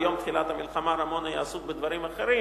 ביום תחילת המלחמה רמון היה עסוק בדברים אחרים,